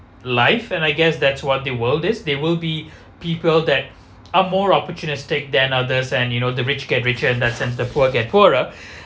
life and I guess that's what the world is they will be people that are more opportunistic than others and you know the rich get richer in that sense the poor get poorer